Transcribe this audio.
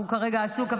הוא כרגע עסוק,